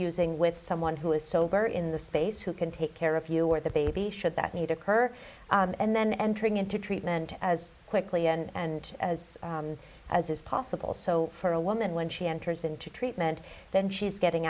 using with someone who is sober in the space who can take care of you or the baby should that need occur and then entering into treatment as quickly and as as as possible so for a woman when she enters into treatment then she's getting